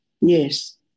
Yes